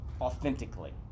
Authentically